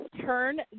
turn